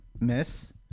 miss